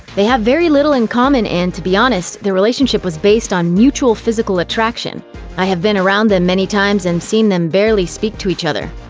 they have very little in common and to be honest, their relationship was based on mutual physical attraction i have been around them many times and seen them barely speak to each other.